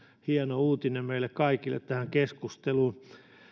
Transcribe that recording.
hieno uutinen meille kaikille tähän keskusteluun